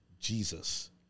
Jesus